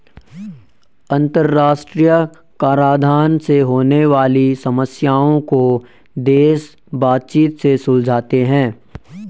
अंतरराष्ट्रीय कराधान से होने वाली समस्याओं को देश बातचीत से सुलझाते हैं